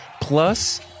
plus